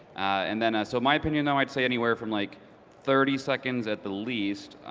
and then ah so my opinion though, i'd say anywhere from like thirty seconds at the least.